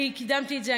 אני קידמתי את זה.